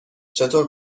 چطور